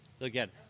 again